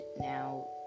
now